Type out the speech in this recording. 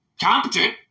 competent